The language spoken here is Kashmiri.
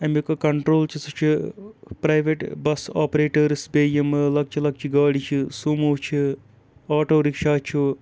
اَمیُک کَنٹرول چھُ سُہ چھُ پرٛیویٹ بَس آپریٹٲرٕس بیٚیہِ یِمہٕ لۄکچہٕ لۄکچہِ گاڑِ چھِ سوموٗ چھِ آٹوٗ رِکشا چھُ